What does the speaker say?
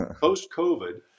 post-COVID